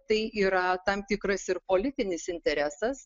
tai yra tam tikras ir politinis interesas